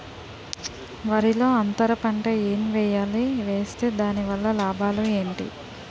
వరిలో అంతర పంట ఎం వేయాలి? వేస్తే దాని వల్ల లాభాలు ఏంటి?